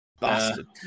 Bastard